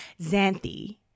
Xanthi